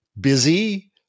busy